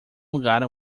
lugar